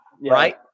right